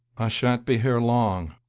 i sha'n't be here long,